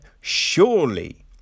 surely